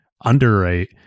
underwrite